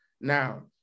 Now